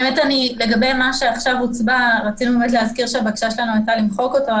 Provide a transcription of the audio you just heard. לגבי מה שעכשיו הוצבע רצינו להזכיר שהבקשה שלנו הייתה למחוק אותו,